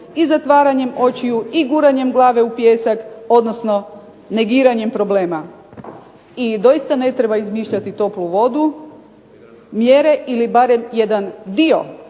i zatvaranjem očiju, guranjem glave u pijesak odnosno negiranjem problema. I doista ne treba izmišljati toplu vodu. Mjere ili barem jedan dio